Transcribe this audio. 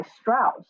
Strauss